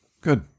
Good